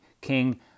King